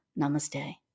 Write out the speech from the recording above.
Namaste